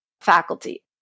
faculty